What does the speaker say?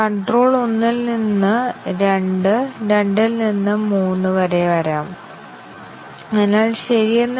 കൺട്രോളറുകളിൽ 20 30 component condition വളരെ സാധാരണമാണ്